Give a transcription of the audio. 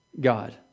God